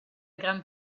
gran